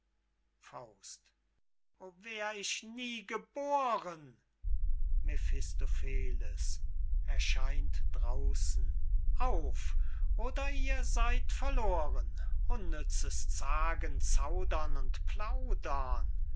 grab o wär ich nie geboren mephistopheles erscheint draußen auf oder ihr seyd verloren unnützes zagen zaudern und plaudern